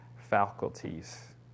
faculties